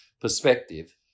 perspective